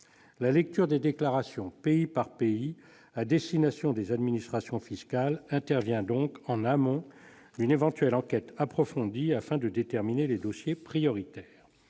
La lecture des déclarations pays par pays à destination des administrations fiscales intervient donc en amont d'une éventuelle enquête approfondie, afin de déterminer les dossiers prioritaires.